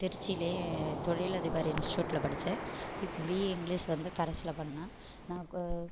திருச்சியிலேயே தொழிலதிபர் இன்ஸ்டியூட்டில படிச்சேன் இப் பிஏ இங்கிலீஷ் வந்து கரஸில் பண்ணேன் நான் கோ